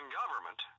government